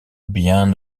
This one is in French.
bien